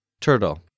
Turtle